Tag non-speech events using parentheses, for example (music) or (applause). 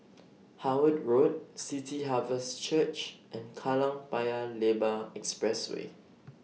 (noise) Howard Road City Harvest Church and Kallang Paya Lebar Expressway